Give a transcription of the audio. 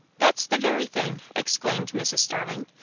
that's the very thing! exclaimed mrs. starling.